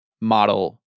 model